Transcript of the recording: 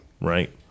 Right